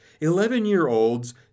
Eleven-year-olds